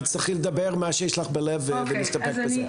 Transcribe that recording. תצטרכי לדבר מה שיש לך בלב, ונסתפק בזה.